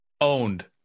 Owned